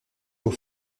aux